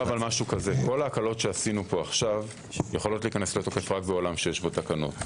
כל ההקלות שעשינו פה עכשיו יכולות להיכנס לתוקף רק בעולם שיש בו תקנות.